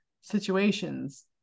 situations